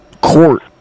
court